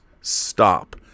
stop